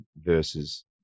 versus